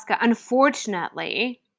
unfortunately